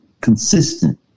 consistent